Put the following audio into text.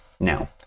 Now